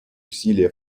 усилия